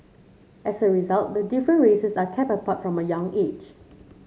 as a result the different races are kept apart from a young age